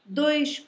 dois